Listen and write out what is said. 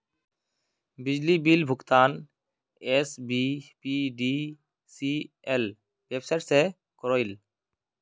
बिजली बिल भुगतान SBPDCL website से क्रॉइल